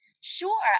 sure